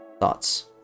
Thoughts